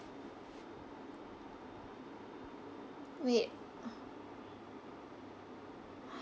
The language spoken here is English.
wait